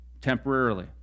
temporarily